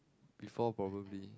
before probably